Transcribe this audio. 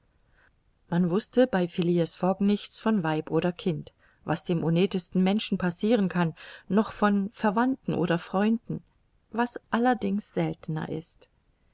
man wußte bei phileas fogg nichts von weib oder kind was dem honnetesten menschen passiren kann noch von verwandten oder freunden was allerdings seltener ist